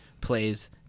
plays